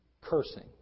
cursing